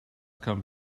come